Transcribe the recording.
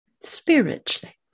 spiritually